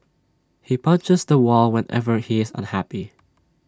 he punches the wall whenever he is unhappy